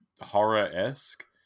horror-esque